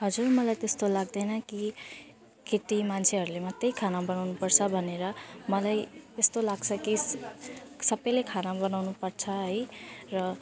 हजुर मलाई त्यस्तो लाग्दैन कि केटी मान्छेहरूले मात्रै खाना बनाउनुपर्छ भनेर मलाई यस्तो लाग्छ कि स सबैले खाना बनाउनुपर्छ है र